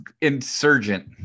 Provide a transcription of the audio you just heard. insurgent